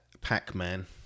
Pac-Man